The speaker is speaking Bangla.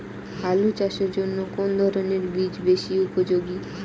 আলু চাষের জন্য কোন ধরণের বীজ বেশি উপযোগী?